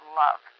love